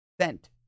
sent